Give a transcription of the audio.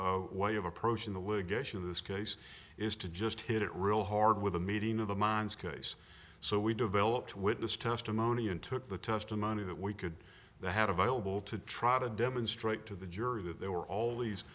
best way of approaching the would get in this case is to just hit it real hard with a meeting of the minds case so we developed witness testimony and took the testimony that we could they had available to try to demonstrate to the jury that there were all these